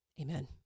Amen